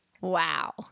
Wow